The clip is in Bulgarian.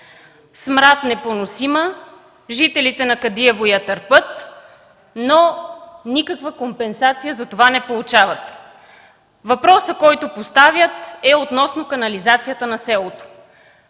смрад непоносима, жителите на Кадиево я търпят, но никаква компенсация за това не получават. Въпросът, който поставят, е относно канализацията на селото.